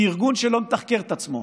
כי ארגון שלא מתחקר את עצמו,